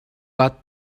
but